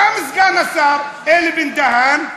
קם סגן השר אלי בן-דהן,